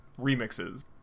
remixes